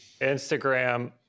Instagram